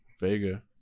Vega